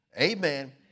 Amen